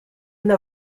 una